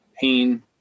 pain